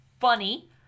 funny